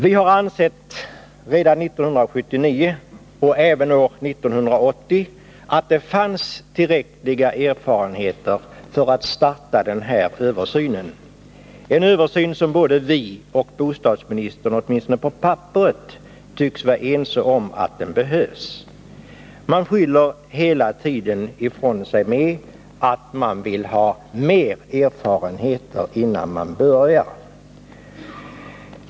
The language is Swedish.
Vi ansåg redan 1979 och även år 1980 att det fanns tillräckliga erfarenheter för att starta den här översynen. Vi anser att den behövs, och bostadsministern tycks — åtminstone på papperet — vara överens med oss om det. Man skyller hela tiden ifrån sig med att man vill ha mer erfarenheter innan man börjar.